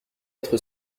être